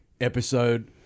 episode